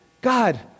God